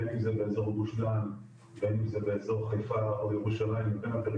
בין אם זה באזור גוש דן בין אם זה באזור חיפה או ירושלים לבין הפריפריה,